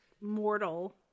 mortal